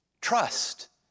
trust